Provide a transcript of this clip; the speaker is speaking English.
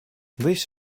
this